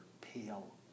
pale